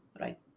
right